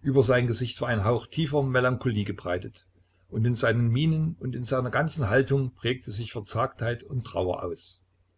über sein gesicht war ein hauch tiefer melancholie gebreitet und in seinen mienen und in seiner ganzen haltung prägte sich verzagtheit und trauer aus